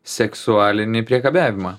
seksualinį priekabiavimą